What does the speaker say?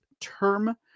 term